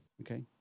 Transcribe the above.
okay